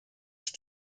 ich